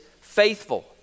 faithful